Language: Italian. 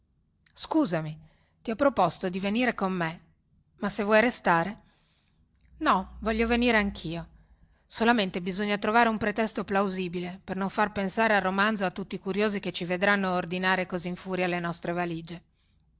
scusami ti ho proposto di venire con me ma se vuoi restare no voglio venire anchio solamente bisogna trovare un pretesto plausibile per non far pensare al romanzo a tutti i curiosi che ci vedranno ordinare così in furia le nostre valige